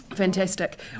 fantastic